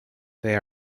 they